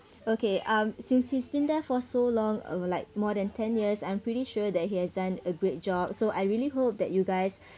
okay um since he's been there for so long uh for like more than ten years I'm pretty sure that he has done a great job so I really hope that you guys